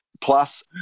plus